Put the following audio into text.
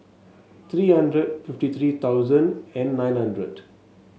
three hundred fifty three thousand and nine hundred